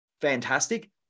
fantastic